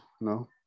No